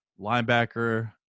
linebacker